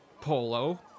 polo